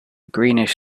greenish